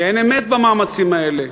שאין אמת במאמצים האלה,